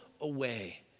away